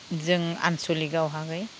जों आन्सलिकावहाहै